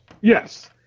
Yes